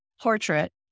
portrait